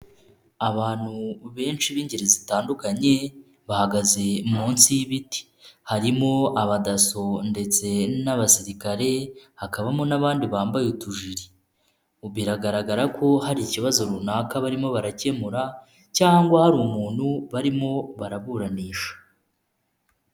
Abantu benshi b'ingeri zitandukanye bahagaze munsi y'ibiti, harimo abadaso ndetse n'abasirikare hakabamo n'abandi bambaye utujiri, biragaragara ko hari ikibazo runaka barimo barakemura cyangwa hari umuntu barimo baraburanisha.